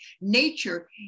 nature